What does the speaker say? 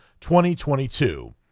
2022